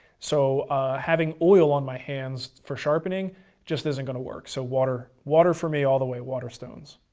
so having oil on my hands for sharpening just isn't going to work. so water water for me all the way, water stones.